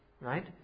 right